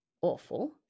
awful